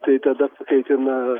tai tada kaitina